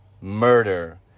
Murder